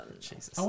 Jesus